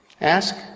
Ask